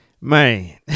Man